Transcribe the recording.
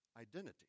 identity